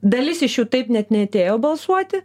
dalis iš jų taip net neatėjo balsuoti